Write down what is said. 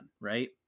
right